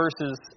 verses